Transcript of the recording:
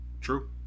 True